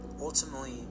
ultimately